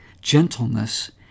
gentleness